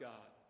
God